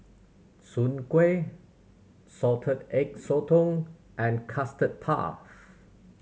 soon kway Salted Egg Sotong and Custard Puff